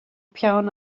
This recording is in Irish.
peann